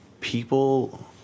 people